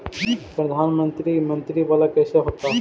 प्रधानमंत्री मंत्री वाला कैसे होता?